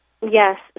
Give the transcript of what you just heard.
Yes